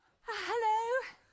Hello